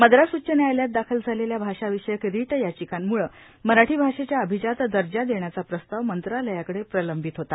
मद्रास उच्च न्यायालयात दाखल झालेल्या भाषा विषयक रिट याचिकांमुळे मराठी भाषेच्या अभिजात दर्जा देण्याचा प्रस्ताव मंत्रालयाकडे प्रलंबित होता